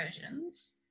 versions